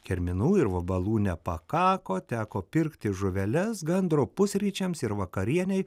kirminų ir vabalų nepakako teko pirkti žuveles gandro pusryčiams ir vakarienei